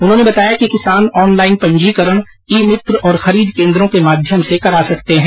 उन्होंने बताया कि किसान ऑनलाईन पंजीकरण ई मित्र और खरीद केन्द्रों के माध्यम से करा सकते है